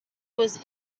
was